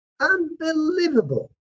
unbelievable